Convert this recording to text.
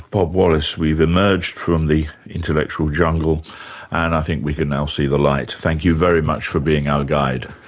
bob wallace, we've emerged from the intellectual jungle and i think we can now see the light. thank you very much for being our guide.